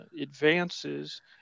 advances